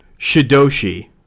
Shidoshi